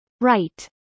Right